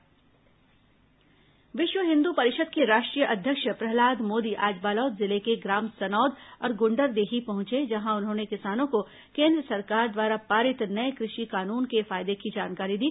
प्रहलाद मोदी किसान मुलाकात विश्व हिन्दू परिषद के राष्ट्रीय अध्यक्ष प्रहलाद मोदी आज बालोद जिले के ग्राम सनौद और गुंडरदेही पहुंचे जहां उन्होंने किसानों को केन्द्र सरकार द्वारा पारित नये कृषि कानून के फायदे की जानकारी दी